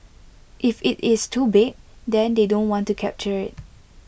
if IT is too big then they don't want to capture IT